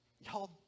Y'all